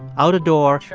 out a door.